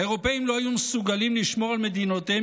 האירופים לא היו מסוגלים לשמור על מדינותיהם